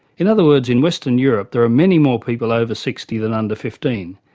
in other words, in western europe there are many more people over sixty than under fifteen,